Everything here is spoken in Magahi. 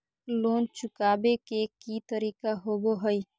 लोन चुकाबे के की तरीका होबो हइ?